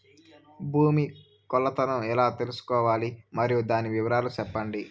భూమి కొలతలను ఎలా తెల్సుకోవాలి? మరియు దాని వివరాలు సెప్పండి?